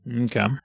Okay